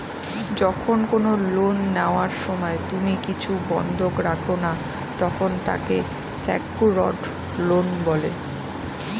যখন কোনো লোন নেওয়ার সময় তুমি কিছু বন্ধক রাখো না, তখন তাকে সেক্যুরড লোন বলে